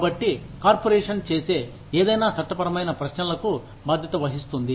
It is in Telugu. కాబట్టి కార్పొరేషన్ చేసే ఏదైనా చట్టపరమైన ప్రశ్నలకు బాధ్యత వహిస్తుంది